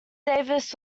davis